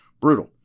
Brutal